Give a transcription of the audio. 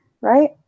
right